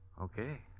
Okay